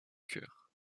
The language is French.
cœur